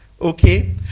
Okay